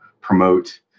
promote